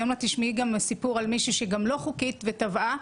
עוד מעט תשמעי סיפור על מישהי שהיא לא חוקית ותבעה.